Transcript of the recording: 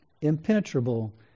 impenetrable